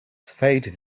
faded